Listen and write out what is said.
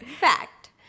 Fact